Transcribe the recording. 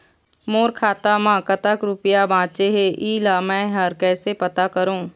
मोर खाता म कतक रुपया बांचे हे, इला मैं हर कैसे पता करों?